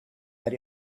that